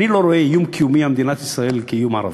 אני לא רואה איום קיומי על מדינת ישראל כאיום ערבי.